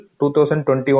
2021